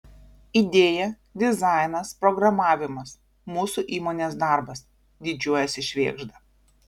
idėja dizainas programavimas mūsų įmonės darbas didžiuojasi švėgžda